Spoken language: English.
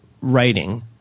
writing –